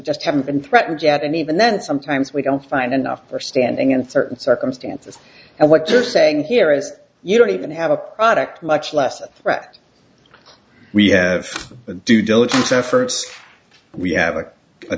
just haven't been threatened at any even that sometimes we don't find enough or standing in certain circumstances and what you're saying here is you don't even have a product much less a threat we have due diligence efforts we have